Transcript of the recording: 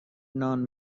نان